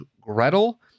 Gretel